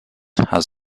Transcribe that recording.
has